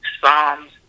Psalms